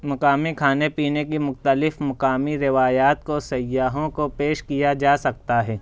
مقامی کھانے پینے کی مختلف مقامی روایات کو سیاحوں کو پیش کیا جا سکتا ہے